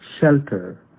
shelter